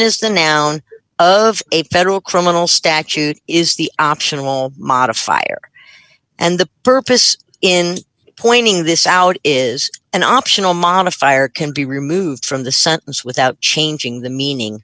is the noun of a federal criminal statute is the optional modifier and the purpose in pointing this out is an optional modifier can be removed from the sentence without changing the meaning